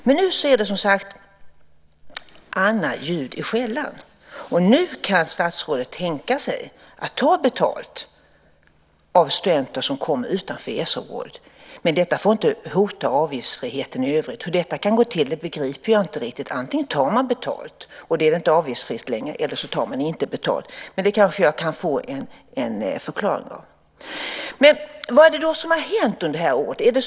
Men nu är det, som sagt, annat ljud i skällan, och nu kan statsrådet tänka sig att ta betalt av studenter som kommer från länder utanför EES-området, men detta får inte hota avgiftsfriheten i övrigt. Hur detta kan gå till begriper jag inte riktigt. Antingen tar man betalt - och då är det inte avgiftsfritt längre - eller också tar man inte betalt. Men detta kanske jag kan få en förklaring till. Vad är det då som har hänt under det här året?